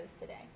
today